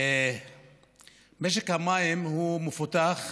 משק המים הוא מפותח,